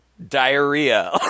diarrhea